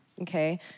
Okay